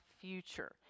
future